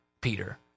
Peter